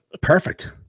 Perfect